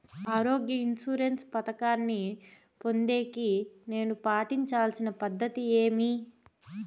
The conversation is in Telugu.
ఆరోగ్య ఇన్సూరెన్సు పథకాన్ని పొందేకి నేను పాటించాల్సిన పద్ధతి ఏమి?